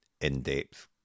in-depth